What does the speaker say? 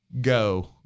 Go